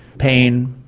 pain,